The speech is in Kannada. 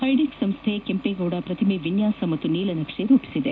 ಐಡೆಕ್ ಸಂಸ್ಥೆ ಕೆಂಪೇಗೌಡ ಪ್ರತಿಮೆ ವಿನ್ಯಾಸ ಹಾಗೂ ನೀಲನಕ್ಷೆ ರೂಪಿಸಿದೆ